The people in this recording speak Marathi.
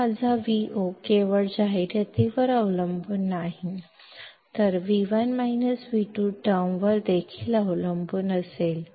तर आता माझा Vo केवळ जाहिरातीवर अवलंबून नाही तर V1 V2 टर्मवर देखील अवलंबून असेल